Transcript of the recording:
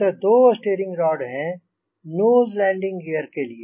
अतः दो steering rod हैं नोज़ लैंडिंग गियर के लिए